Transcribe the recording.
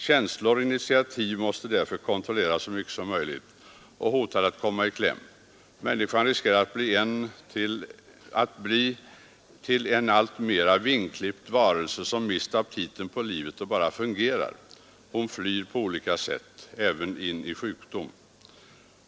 Känslor och initiativ måste därför kontrolleras så mycket som möjligt — och hotar att komma i kläm. Människan riskerar att bli till en alltmera vingklippt varelse som mist aptiten på livet och bara fungerar. Hon flyr på olika sätt, även in i sjukdom.